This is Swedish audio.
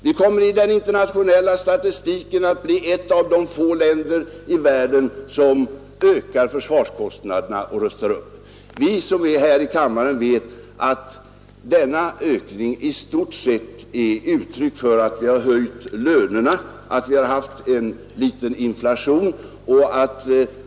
Vi kommer i den internationella statistiken att bli ett av de få länder i världen som ökar försvarskostnaderna och rustar upp. Vi här i kammaren vet att denna ökning i stort sett är ett uttryck för att vi har höjt lönerna och för att vi har haft en liten inflation.